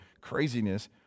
craziness